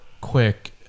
quick